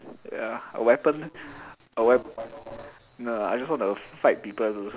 ya a weapon a wep~ no I just want to fight people